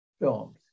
films